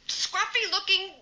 scruffy-looking